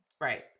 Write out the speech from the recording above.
right